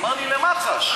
אמר לי: למח"ש.